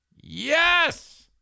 Yes